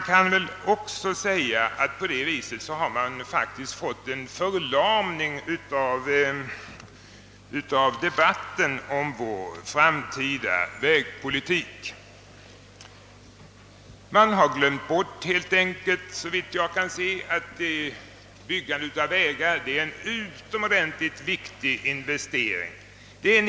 På det viset har debatten om vår framtida vägpolitik förlamats. Man har helt enkelt glömt att investeringar i vägbyggandet är utomordentligt viktiga.